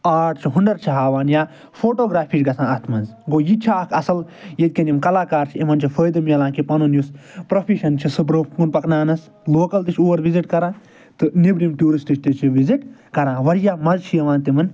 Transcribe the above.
art تہِ ہنٛر چھِ ہاوان یا فوٹوگرافی چھِ گژھان اتھ منٛز گوو یہ تہِ چھُ اکھ اصل یتکٮ۪ن یِمن کلاکار چھِ یمن چھُ فٲٮ۪دٕ ملان کہ پنُن یُس فروفِشن چھُ سُہ فروفِشن چھُ سُہ برونٛہہ کُن پکناونس لوکل یُس اور وِزٹ کران تہٕ نٮ۪برِم ٹورسٹ تہِ چھِ وزِٹ کران واریاہ مزٕ چھُ یِوان تِمن